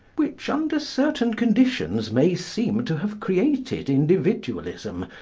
which, under certain conditions, may seem to have created individualism,